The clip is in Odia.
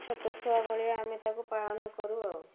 ଛୋଟ ଛୁଆ ଭଳିଆ ଆମେ ତାକୁ ପାଳନ କରୁ ଆଉ